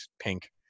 pink